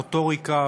מוטוריקה,